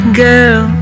girl